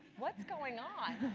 what's going on,